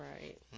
Right